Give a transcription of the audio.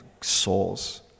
souls